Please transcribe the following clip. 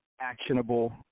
actionable